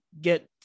get